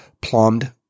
plumbed